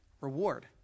reward